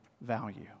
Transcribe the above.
value